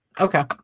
Okay